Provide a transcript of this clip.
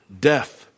death